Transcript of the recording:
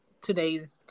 today's